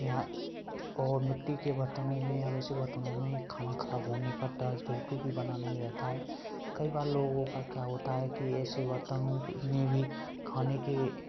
यहाँ और मिट्टी के बर्तनों में या वैसे बर्तनों में खाना खराब होने का डर बिलकुल भी बना नहीं रहता है कई बार लोगों का क्या होता है कि ऐसे बर्तनों में भी खाने के